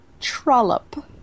Trollop